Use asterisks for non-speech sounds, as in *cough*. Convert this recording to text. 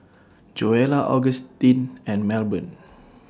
*noise* Joella Augustin and Melbourne